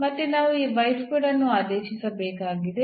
ಮತ್ತೆ ನಾವು ಈ ಅನ್ನು ಆದೇಶಿಸಬೇಕಾಗಿದೆ